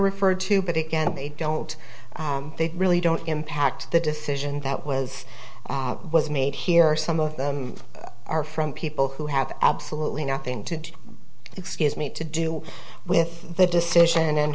referred to but again they don't they really don't impact the decision that was was made here some of them are from people who have absolutely nothing to do excuse me to do with the decision and